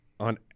On